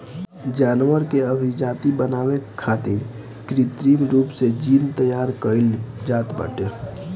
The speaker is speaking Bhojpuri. जानवर के अभिजाति बनावे खातिर कृत्रिम रूप से जीन तैयार कईल जात बाटे